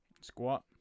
squat